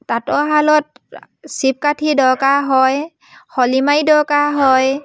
তাঁতৰশালত চিপকাঠি দৰকাৰ হয় হলিমাৰি দৰকাৰ হয়